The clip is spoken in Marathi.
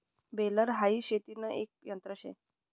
बेलर हाई शेतीन एक यंत्र शे